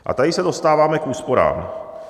A tady se dostáváme k úsporám.